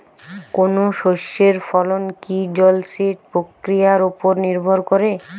কোনো শস্যের ফলন কি জলসেচ প্রক্রিয়ার ওপর নির্ভর করে?